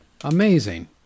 Amazing